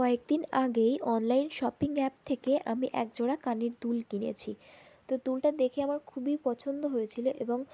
কয়েক দিন আগেই অনলাইন শপিং অ্যাপ থেকে আমি একজোড়া কানের দুল কিনেছি তো দুলটা দেখে আমার খুবই পছন্দ হয়েছিলো এবং